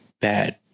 bad